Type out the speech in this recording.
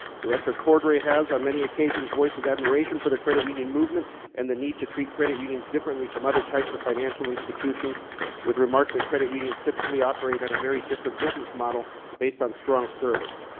director cordray has on many occasions voiced his admiration for the credit union movement and the need to treat credit unions differently from other types of financial institutions with remarks that credit unions typically operate on a very different business model based on strong service.